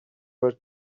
were